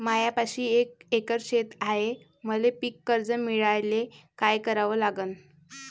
मायापाशी एक एकर शेत हाये, मले पीककर्ज मिळायले काय करावं लागन?